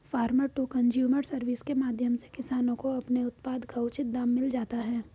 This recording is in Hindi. फार्मर टू कंज्यूमर सर्विस के माध्यम से किसानों को अपने उत्पाद का उचित दाम मिल जाता है